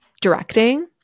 directing